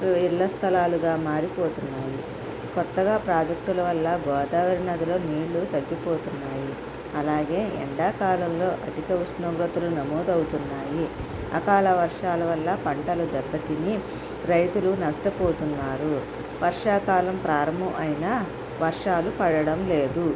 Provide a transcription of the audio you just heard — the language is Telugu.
ఇళ్ళ స్థలాలుగా మారిపోతున్నాయి కొత్తగా ప్రాజెక్టుల వల్ల గోదావరి నదిలో నీళ్ళు తగ్గిపోతున్నాయి అలాగే ఎండాకాలంలో అధిక ఉష్ణోగ్రతలు నమోదు అవుతున్నాయి అకాల వర్షాల వల్ల పంటలు దెబ్బతిని రైతులు నష్టపోతున్నారు వర్షాకాలం ప్రారంభం అయినా వర్షాలు పడడం లేదు